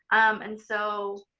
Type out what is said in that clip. um and so,